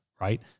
right